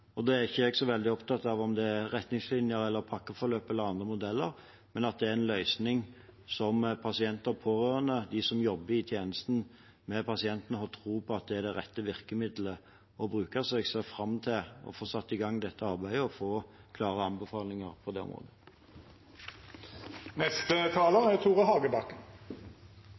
er ikke så veldig opptatt av om det er retningslinjer, pakkeforløp eller andre modeller, men at det er en løsning som pasienter, pårørende og de som jobber i tjenesten med pasientene, har tro på er det rette virkemidlet å bruke. Jeg ser fram til å få satt i gang dette arbeidet og få klare anbefalinger på det